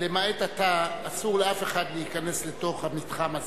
למעט אתה, אסור לאף אחד להיכנס לתוך המתחם הזה.